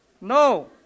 no